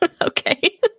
Okay